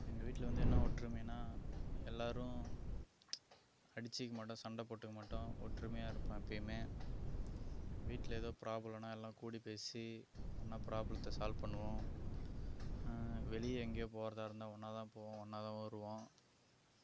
எங்கள் வீட்டில் வந்து என்ன ஒற்றுமைனால் எல்லாேரும் அடிச்சுக்க மாட்டோம் சண்டை போட்டுக்க மாட்டோம் ஒற்றுமையாக இருப்போம் எப்பேயுமே வீட்டில் ஏதோ ப்ராப்ளம்னால் எல்லாம் கூடி பேசி ஒன்றா ப்ராப்ளத்தை சால்வ் பண்ணுவோம் வெளியே எங்கேயோ போகிறதா இருந்தால் ஒன்றா தான் போவோம் ஒன்றா தான் வருவோம்